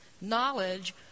Knowledge